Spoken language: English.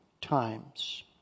times